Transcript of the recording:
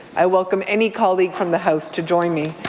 i welcome any colleague from the house to join me.